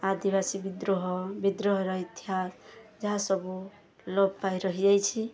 ଆଦିବାସୀ ବିଦ୍ରୋହ ବିଦ୍ରୋହର ଇତିହାସ ଯାହା ସବୁ ଲୋପ ପାଇ ରହିଯାଇଛି